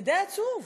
זה די עצוב.